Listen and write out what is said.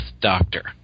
doctor